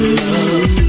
love